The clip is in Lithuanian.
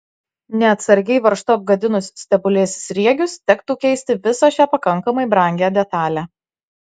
neatsargiai varžtu apgadinus stebulės sriegius tektų keisti visą šią pakankamai brangią detalę